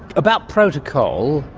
about protocol,